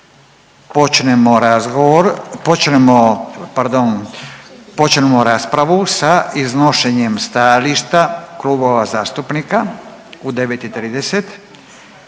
počnemo raspravu sa iznošenjem stajališta klubova zastupnika u 9,30